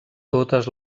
totes